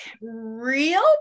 real